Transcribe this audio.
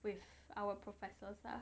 with our professors ah